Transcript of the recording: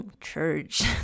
Church